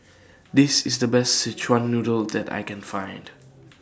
This IS The Best Szechuan Noodle that I Can Find